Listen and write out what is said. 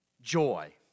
joy